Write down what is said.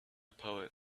poet